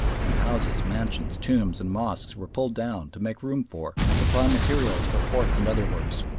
and houses, mansions, tombs, and mosques were pulled down to make room for and supply materials for forts and other works.